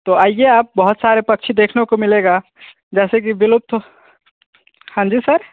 तो आइए आप बहुत सारे पक्षी देखने को मिलेगा जैसे कि विलुप्त हाँ जी सर